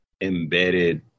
embedded